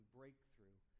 breakthrough